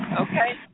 okay